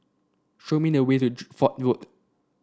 show me the way to Fort Road